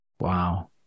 wow